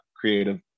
creative